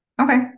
Okay